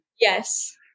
Yes